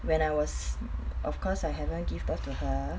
when I was of course I haven't give birth to her